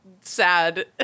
sad